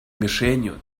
мишенью